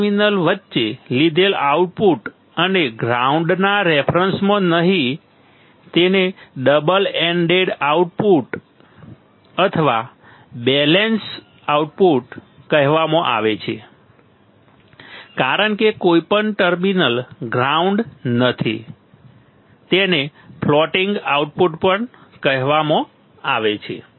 બે ટર્મિનલ વચ્ચે લીધેલ આઉટપુટ અને ગ્રાઉન્ડના રેફરન્સમાં નહીં તેને ડબલ એન્ડેડ આઉટપુટ અથવા બેલેન્સ આઉટપુટ કહેવામાં આવે છે કારણ કે કોઈ પણ ટર્મિનલ ગ્રાઉન્ડ નથી તેને ફ્લોટિંગ આઉટપુટ પણ કહેવાય છે